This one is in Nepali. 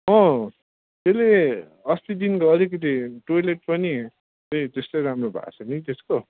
अँ अस्तिदेखिको अलिकति त टोयलेट् पनि त्यस्तो राम्रो भएको छैन कि त्यसको